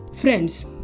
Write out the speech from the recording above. Friends